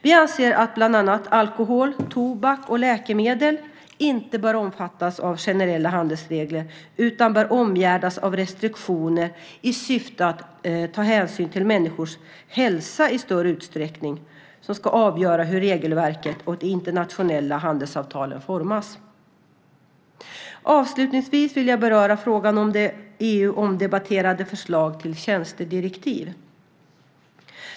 Vi anser att bland annat alkohol, tobak och läkemedel inte bör omfattas av generella handelsregler utan bör omgärdas av restriktioner som syftar till att hänsyn till människors hälsa i större utsträckning ska avgöra hur regelverket och de internationella handelsavtalen formas. Avslutningsvis vill jag beröra frågan om EU:s omdebatterade förslag till tjänstedirektiv.